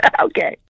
Okay